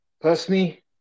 Personally